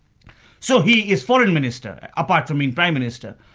so he is foreign minister, apart from being prime minister.